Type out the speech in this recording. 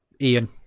Ian